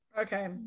okay